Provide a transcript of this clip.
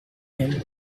him